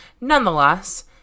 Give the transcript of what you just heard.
Nonetheless